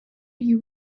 you